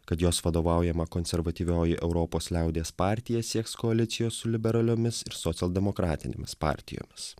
kad jos vadovaujama konservatyvioji europos liaudies partija sieks koalicijos su liberaliomis ir socialdemokratinėmis partijomis